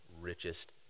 richest